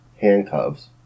handcuffs